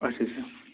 اَچھا اَچھا